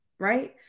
Right